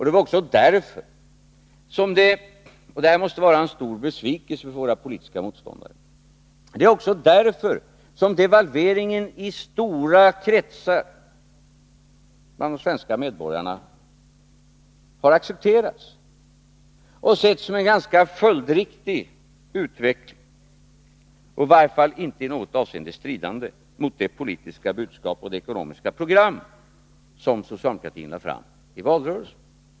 Det var också därför som, och detta måste vara en stor besvikelse för våra politiska motståndare, devalveringen i stora kretsar bland de svenska medborgarna accepterades och sågs som en ganska följdriktig utveckling och i varje fall inte i något avseende stridande mot det politiska budskap och det ekonomiska program som socialdemokratin lade fram i valrörelsen.